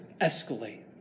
escalate